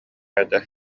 этэ